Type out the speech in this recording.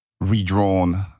redrawn